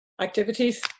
activities